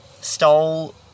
stole